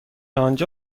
آنجا